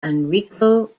enrico